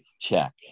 check